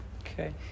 Okay